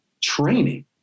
training